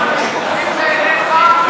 אנחנו שקופים בעיניך,